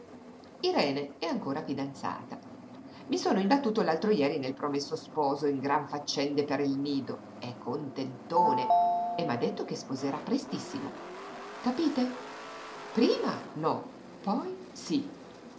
irene è ancora fidanzata i sono imbattuto l'altro jeri nel promesso sposo in gran faccende per il nido è contentone e m'ha detto che sposerà prestissimo capite prima no poi sí